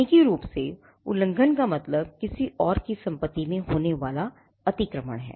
तकनीकी रूप से उल्लंघन का मतलब किसी और की सम्पत्ति में होने वाला अतिक्रमण है